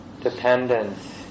dependence